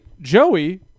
Joey